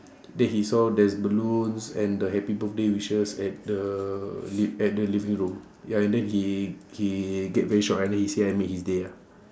then he saw there's balloons and the happy birthday wishes at the li~ at the living room ya and then he he get very shocked and then he said I made his day lah